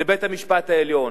בבית-המשפט העליון.